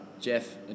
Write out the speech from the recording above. Jeff